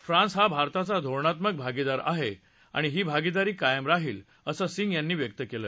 France हा भारताचा धोरणात्मक भागीदार आहे आणि ही भागीदारी कायम राहील असंही सिंग यांनी व्यक्त केलं